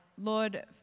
Lord